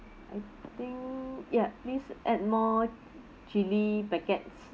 I think ya please add more chilli packets